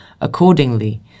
Accordingly